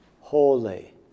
Holy